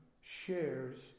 shares